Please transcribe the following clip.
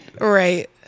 right